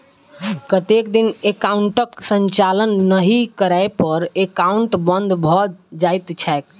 कतेक दिन एकाउंटक संचालन नहि करै पर एकाउन्ट बन्द भऽ जाइत छैक?